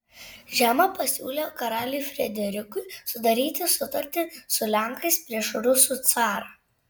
žema pasiūlė karaliui frederikui sudaryti sutartį su lenkais prieš rusų carą